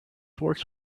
works